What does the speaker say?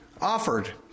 offered